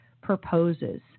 proposes